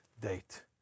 date